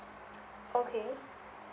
okay